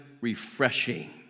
refreshing